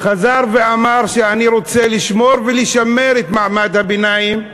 חזר ואמר "אני רוצה לשמור ולשמר את מעמד הביניים,